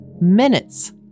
minutes